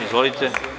Izvolite.